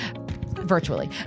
virtually